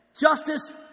Justice